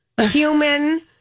human